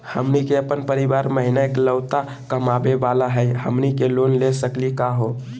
हमनी के अपन परीवार महिना एकलौता कमावे वाला हई, हमनी के लोन ले सकली का हो?